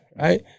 right